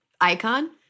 icon